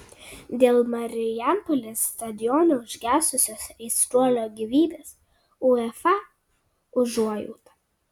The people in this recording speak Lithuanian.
dėl marijampolės stadione užgesusios aistruolio gyvybės uefa užuojauta